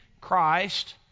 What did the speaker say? Christ